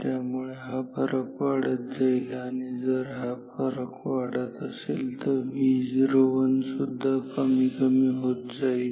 त्यामुळे हा फरक वाढत जाईल आणि जर हा फरक वाढत असेल तर Vo1 सुद्धा कमी कमी होत जाईल